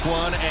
one